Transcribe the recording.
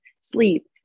sleep